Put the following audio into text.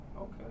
okay